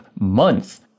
month